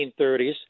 1930s